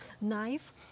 knife